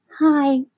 Hi